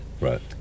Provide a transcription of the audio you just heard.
Right